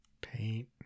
Paint